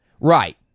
Right